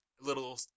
little